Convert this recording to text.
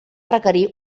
requerir